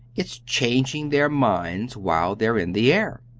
it's changing their minds while they're in the air.